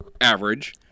average